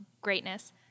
greatness